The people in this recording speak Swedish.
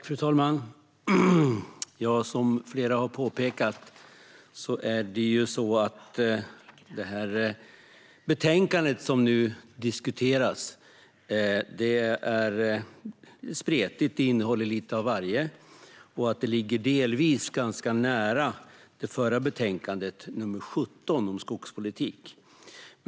Fru talman! Som flera har påpekat är det betänkande som nu diskuteras spretigt och innehåller lite av varje. Det ligger bitvis ganska nära det förra betänkandet vi debatterade, MJU17 om skogspolitik.